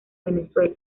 venezuela